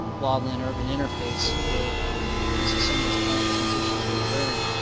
wildland urban interface where these, some of these plant transitions are occurring.